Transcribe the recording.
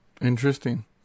Interesting